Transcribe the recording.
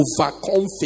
overconfident